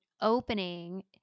opening